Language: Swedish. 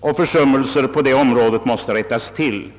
och försummelsen på detta område måste rättas till.